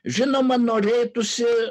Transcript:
žinoma norėtųsi